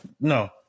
No